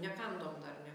nekandom dar ne